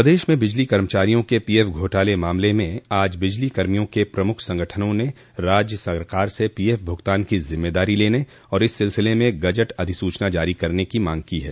प्रदेश में बिजली कर्मचारियों के पीएफ घोटाले मामले में आज बिजलीकर्मियों के प्रमुख संगठनों ने राज्य सरकार से पीएफ भुगतान की जिम्मेदारी लेने और इस सिलसिले में गजट अधिसूचना जारी करने की मांग की है